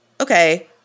Okay